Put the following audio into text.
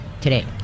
today